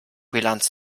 bilanz